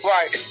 Right